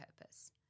purpose